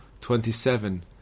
Twenty-seven